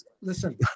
Listen